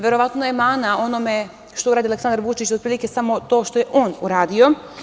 Verovatno je mana onome što uradi Aleksandar Vučić otprilike samo to što je on uradio.